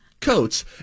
coats